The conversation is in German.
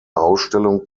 ausstellung